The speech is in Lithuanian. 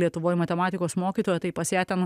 lietuvoj matematikos mokytoja tai pas ją ten